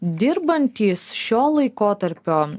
dirbantys šio laikotarpio